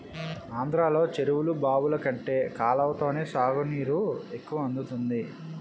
ఆంధ్రలో చెరువులు, బావులు కంటే కాలవతోనే సాగునీరు ఎక్కువ అందుతుంది